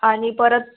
आणि परत